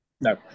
No